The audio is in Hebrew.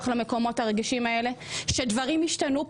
למקומות הרגישים האלה שדברים ישתנו כאן.